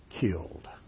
killed